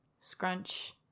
Scrunch